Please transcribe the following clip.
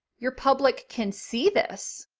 your public can see this.